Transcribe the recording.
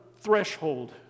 threshold